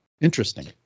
Interesting